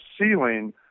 ceiling